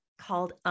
called